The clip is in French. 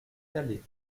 calais